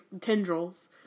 tendrils